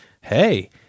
hey